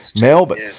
Melbourne